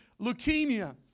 leukemia